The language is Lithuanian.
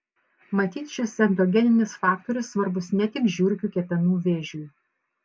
matyt šis endogeninis faktorius svarbus ne tik žiurkių kepenų vėžiui